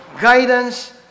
guidance